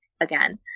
again